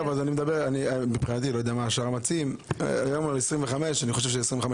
אבל אם אנחנו מדברים על צמצום ל-20 שקל ביום,